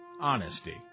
honesty